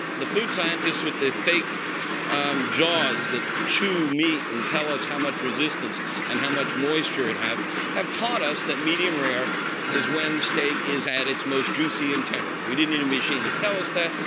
the food scientists with the fake jaws that chew meat and tell us how much resistance and how much moisture it has have taught us that medium rare is when steak is at its most juicy and tender. we didn't need a machine to tell us that.